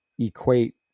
equate